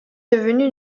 devenue